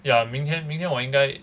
ya 明天明天我应该